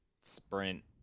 sprint